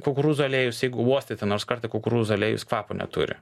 kukurūzų aliejus jeigu uostėte nors kartą kukurūzų aliejų jis kvapo neturi